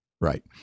Right